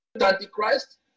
Antichrist